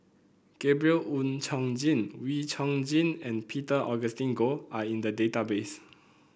Gabriel Oon Chong Jin Wee Chong Jin and Peter Augustine Goh are in the database